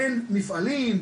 בין מפעלים,